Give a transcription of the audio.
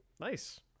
Nice